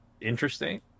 interesting